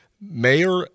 Mayor